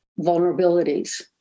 vulnerabilities